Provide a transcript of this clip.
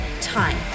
time